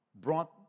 brought